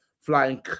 Flying